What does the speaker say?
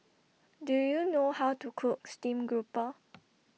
Do YOU know How to Cook Steamed Grouper